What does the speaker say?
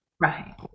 right